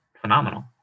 phenomenal